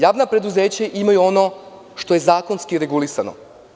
Javna preduzeća imaju ono što je zakonski regulisano.